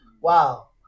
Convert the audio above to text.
Wow